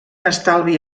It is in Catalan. estalvi